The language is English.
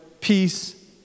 peace